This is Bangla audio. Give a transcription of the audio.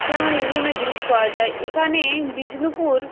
যেমন বিভিন্ন জিনিস পাওয়া যায় এখানে বিষ্ণুপুর